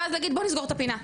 ואז להגיד בוא נסגור את הפינה.